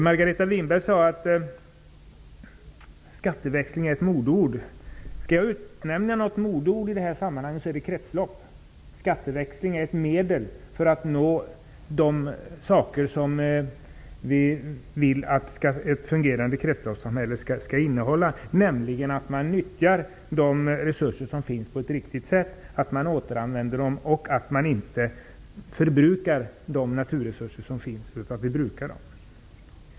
Margareta Winberg sade att skatteväxling är ett modeord. Skall jag utnämna något modeord i det här sammanhanget, är det kretslopp. Skatteväxling är ett medel för att uppnå sådant som vi vill att ett fungerande kretsloppssamhälle skall innehålla, nämligen att de resurser som finns nyttjas på ett riktigt sätt, att de återanvänds och att de naturresurser som finns inte förbrukas utan brukas.